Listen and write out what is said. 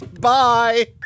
Bye